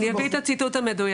אני אביא את הציטוט המדויק.